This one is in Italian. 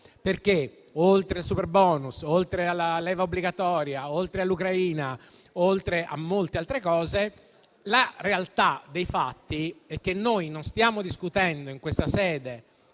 Oltre al superbonus, oltre alla leva obbligatoria, oltre all'Ucraina, oltre a molte altre cose, la realtà dei fatti è che noi non stiamo discutendo in questa sede